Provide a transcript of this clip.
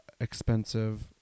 expensive